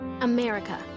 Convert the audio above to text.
America